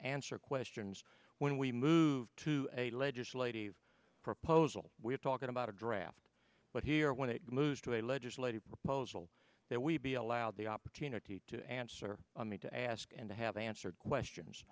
answer questions when we move to a legislative proposal we're talking about a draft but here when it moves to a legislative proposal that we be allowed the opportunity to answer me to ask and to have answered questions